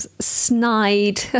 snide